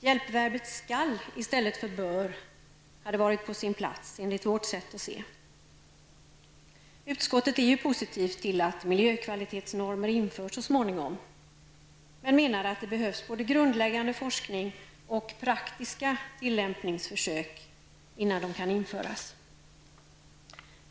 Hjälpverbet skall i stället för bör hade varit på sin plats enligt vårt sätt att se. Utskottet är ju positivt till att miljökvalitetsnormer införs så småningom men menar att det behövs både grundläggande forskning och praktiska tillämpningsförsök innan de kan införas.